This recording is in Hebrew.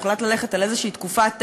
הוחלט ללכת על איזושהי תקופת ניסיון,